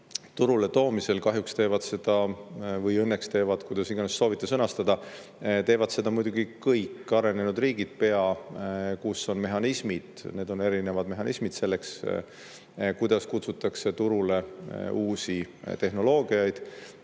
turule toomisel kahjuks teevad seda või õnneks teevad – kuidas iganes soovite sõnastada – teevad seda muidugi pea kõik arenenud riigid, kus on mehhanismid. Need on erinevad mehhanismid selleks, kuidas kutsutakse turule uusi tehnoloogiaid,